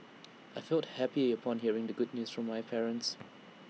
I felt happy upon hearing the good news from my parents